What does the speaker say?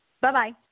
Bye-bye